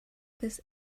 this